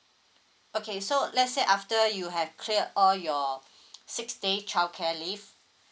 okay so let's say after you have clear all your six day childcare leave